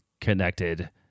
connected